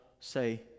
say